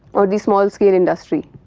or the small scale industry,